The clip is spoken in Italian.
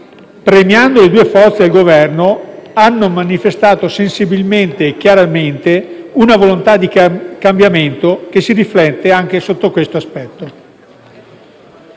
premiando le due forze al Governo, hanno manifestato sensibilmente e chiaramente una volontà di cambiamento che si riflette anche sotto questo aspetto.